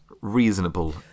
reasonable